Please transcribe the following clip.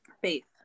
faith